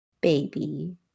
baby